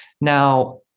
Now